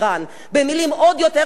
במלים עוד יותר פשוטות,